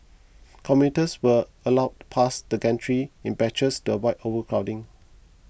commuters were allowed past the gantries in batches to avoid overcrowding